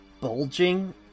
bulging